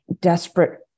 desperate